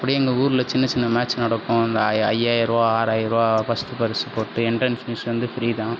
அப்படியும் எங்கள் ஊரில் சின்ன சின்ன மேட்ச் நடக்கும் அந்த ஐயாயிரம் ரூபா ஆறாயிரரூவா ஃபஸ்ட்டு பரிசு போட்டு என்ட்ரன்ஸ் ஃபீஸ் வந்து ஃப்ரீ தான்